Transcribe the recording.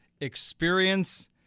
experience